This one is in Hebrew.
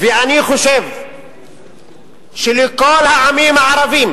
ואני חושב שלכל העמים הערביים